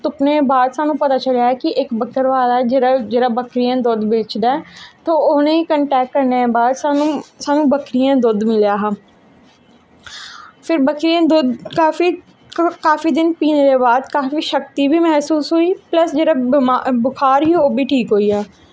तुप्पने दे बाद सानूं पता चलेआ कि इक बक्करबाल ऐ जेह्ड़ा जेह्ड़ा बक्करियें दा दुद्ध बेचदा ऐ ते ओह् उ'नेंगी कन्टैक्ट करने दे बाद सानूं सानूं बक्करियें दा दुद्ध मिलेआ हा फिर बक्करियें दा दुद्ध काफी काफी दिन पीने दे बाद काफी शक्ति बी मैसूस होई प्लस जेह्ड़ा बमा बखार हा ओह् बी ठीक होई गेआ